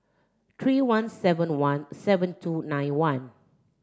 three one seven one seven two nine one